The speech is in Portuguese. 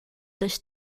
das